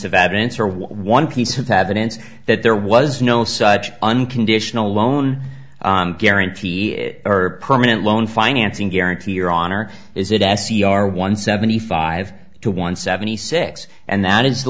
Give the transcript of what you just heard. of evidence that there was no such unconditional loan guarantee or permanent loan financing guarantee your honor is it s c r one seventy five to one seventy six and that is the